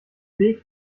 weg